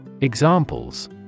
Examples